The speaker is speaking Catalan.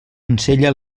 ensella